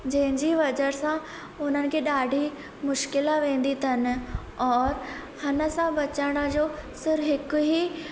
जंहिंजी वजह सां उन्हनि खे ॾाढी मुश्किल वेंदी अथनि और हुन सां बचण जो सिर्फ़ु हिक ई